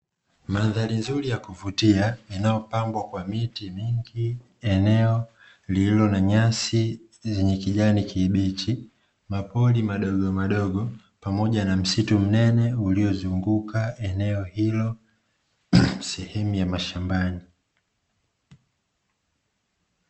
Madhali nzuri ya kuvutia inayopambwa kwa miti mingi eneo lililo na nyasi zenye kijani kibichi, mapori madogomadogo pamoja na msitu mnene uliozunguka eneo hilo sehemu ya mashambani.